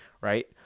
right